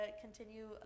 continue